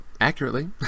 accurately